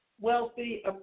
Wealthy